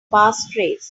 passphrase